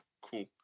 Cool